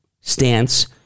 stance